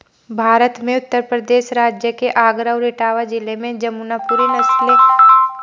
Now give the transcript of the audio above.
भारत में उत्तर प्रदेश राज्य के आगरा और इटावा जिले में जमुनापुरी नस्ल की बकरी पाई जाती है